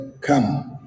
come